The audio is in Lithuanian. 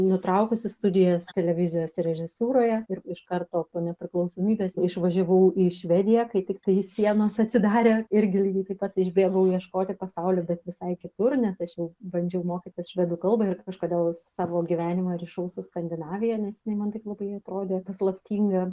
nutraukusi studijas televizijos režisūroje ir iš karto po nepriklausomybės išvažiavau į švediją kai tiktai sienos atsidarė irgi lygiai taip pat išbėgau ieškoti pasaulio bet visai kitur nes aš jau bandžiau mokytis švedų kalbą ir kažkodėl savo gyvenimą rišau su skandinavija nes jinai man taip labai atrodė paslaptinga